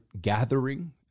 gathering